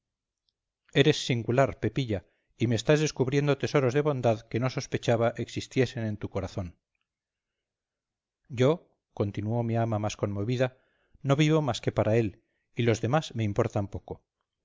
eres singular pepilla y me estás descubriendo tesoros de bondad que no sospechaba existiesen en tu corazón yo continuó mi ama más conmovida no vivo más que para él y los demás me importan poco